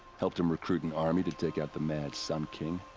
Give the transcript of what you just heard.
helped him recruit an army to take out the mad sun king.